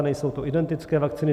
Nejsou to identické vakcíny.